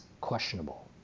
questionable